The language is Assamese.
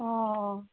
অ'